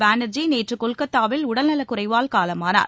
பானர்ஜி நேற்று கொல்கத்தாவில் உடல்நலக் குறைவால் காலமானார்